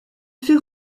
fait